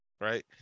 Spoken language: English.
right